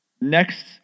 Next